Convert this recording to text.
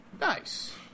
Nice